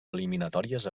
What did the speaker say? eliminatòries